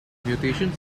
mutations